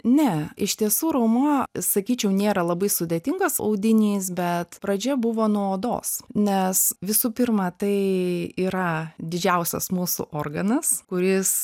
ne iš tiesų raumuo sakyčiau nėra labai sudėtingas audinys bet pradžia buvo nuo odos nes visų pirma tai yra didžiausias mūsų organas kuris